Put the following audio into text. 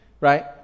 right